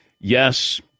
Yes